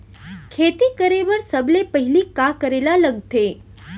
खेती करे बर सबले पहिली का करे ला लगथे?